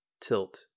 tilt